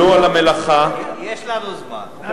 המלאכה, יש לנו זמן.